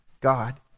God